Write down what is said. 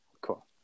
cool